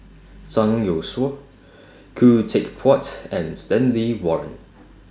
Zhang Youshuo Khoo Teck Puat and Stanley Warren